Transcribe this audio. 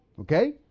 Okay